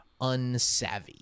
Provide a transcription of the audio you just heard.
unsavvy